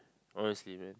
honestly man